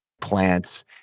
plants